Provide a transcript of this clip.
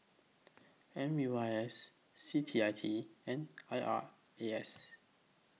M U I S C T I T and I R A S